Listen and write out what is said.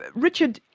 but richard,